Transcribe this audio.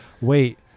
wait